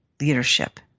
leadership